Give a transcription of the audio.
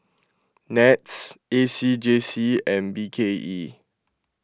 NETS A C J C and B K E